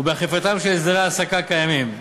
ובאכיפת הסדרי ההעסקה הקיימים.